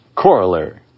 corollary